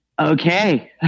okay